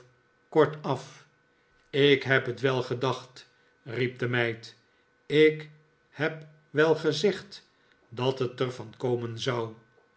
kortaf ik heb het wel gedacht riep de meid ik heb wel gezegd dat het er van komen zou